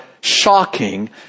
shocking